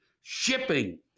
shipping